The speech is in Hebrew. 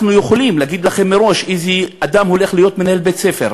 אנחנו יכולים להגיד לכם מראש איזה אדם הולך להיות מנהל בית-ספר.